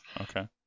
okay